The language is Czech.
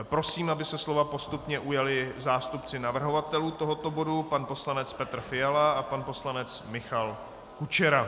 Prosím, aby se slova postupně ujali zástupci navrhovatelů tohoto bodu pan poslanec Petr Fiala a pan poslanec Michal Kučera.